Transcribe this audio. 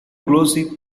glossy